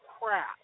crap